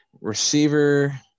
Receiver